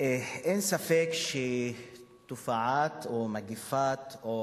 אין ספק שתופעת, או מגפת, או